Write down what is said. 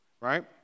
right